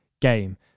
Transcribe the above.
game